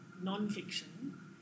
non-fiction